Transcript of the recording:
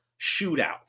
shootout